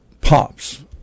pops